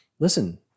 listen